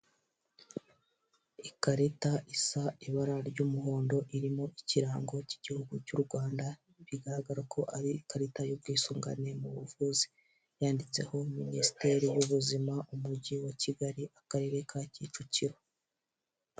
ikarita isa ibara ry'umuhondo irimo ikirango k'igihugu cy'u Rwanda bigaragara ko ari ikarita y'ubwisungane mu buvuzi, yanditseho minisiteri y'ubuzima umujyi wa Kigali akarere ka Kicukiro.